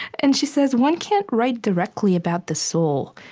and she says, one can't write directly about the soul.